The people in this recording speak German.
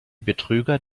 betrüger